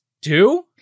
two